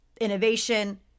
innovation